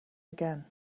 again